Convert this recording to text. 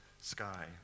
sky